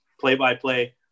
play-by-play